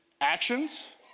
actions